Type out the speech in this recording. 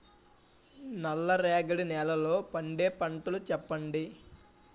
నల్ల రేగడి నెలలో పండే పంటలు చెప్పండి?